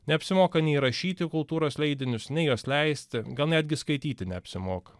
neapsimoka nei rašyt į kultūros leidinius nei juos leisti gal netgi skaityti neapsimoka